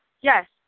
Yes